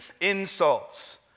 insults